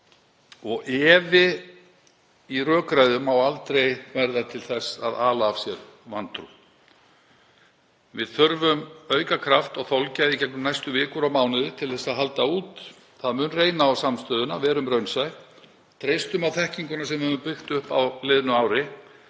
og efi í rökræðum má aldrei verða til þess að ala af sér vantrú. Við þurfum aukakraft og þolgæði í gegnum næstu vikur og mánuði til að halda út. Það mun reyna á samstöðuna. Verum raunsæ, treystum á þekkinguna sem við höfum byggt upp á liðnu ári,